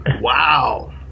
Wow